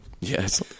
Yes